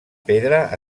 pedra